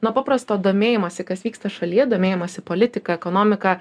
nuo paprasto domėjimosi kas vyksta šalyje domėjimosi politika ekonomika